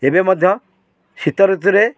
ଏବେ ମଧ୍ୟ ଶୀତ ଋତୁରେ